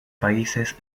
países